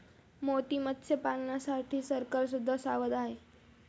मोती मत्स्यपालनासाठी सरकार सुद्धा सावध आहे